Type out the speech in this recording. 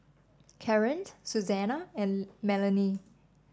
Karren Suzanna and Melony